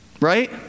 Right